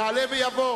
יעלה ויבוא